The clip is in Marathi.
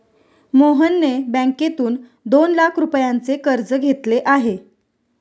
मोहनने बँकेतून दोन लाख रुपयांचे कर्ज घेतले आहे